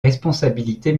responsabilités